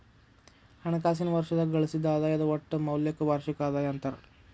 ಹಣಕಾಸಿನ್ ವರ್ಷದಾಗ ಗಳಿಸಿದ್ ಆದಾಯದ್ ಒಟ್ಟ ಮೌಲ್ಯಕ್ಕ ವಾರ್ಷಿಕ ಆದಾಯ ಅಂತಾರ